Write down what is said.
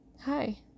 Hi